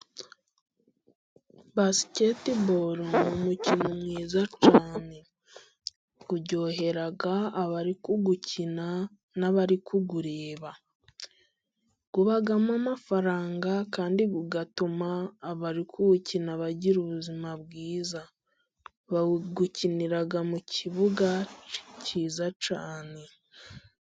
Basiketiboro, umukino mwiza cyane. Uryohera abari gukina n'abari kuwureba. Ubamo amafaranga, kandi ugatuma abari kuwukina bagira ubuzima bwiza. Bawukinira mu kibuga cyiza cyane.